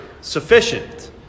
sufficient